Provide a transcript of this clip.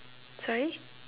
sorry